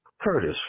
Curtis